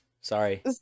sorry